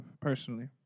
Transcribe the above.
personally